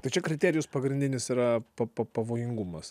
tai čia kriterijus pagrindinis yra pa pa pavojingumas